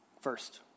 First